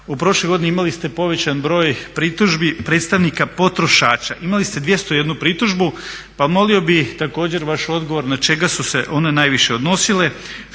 u prošloj godini imali ste povećan broj pritužbi predstavnika potrošača. Imali ste 201 pritužbu. Molio bih također vaš odgovor na čega su se one najviše odnosile,